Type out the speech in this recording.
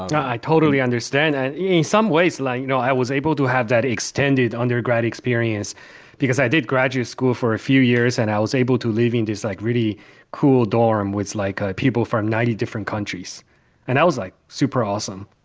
i totally understand. and in yeah some ways, like, you know, i was able to have that extended undergrad experience because i did graduate school for a few years and i was able to leaving these like really cool dorm with like ah people from ninety different countries and i was like, super awesome.